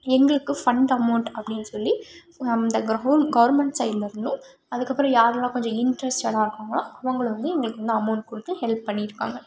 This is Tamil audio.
எங்களுக்கு ஃபண்ட் அமௌண்ட் அப்படின்னு சொல்லி கவு கவர்மெண்ட் சைட்லேருந்து அதுக்கு அப்புறம் யார்லாம் கொஞ்சம் இன்ட்ரஸ்ட்டடாக இருக்காங்களோ அவங்களும் வந்து எங்களுக்கு வந்து அமௌண்ட் கொடுத்து ஹெல்ப் பண்ணிருக்காங்க